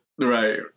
Right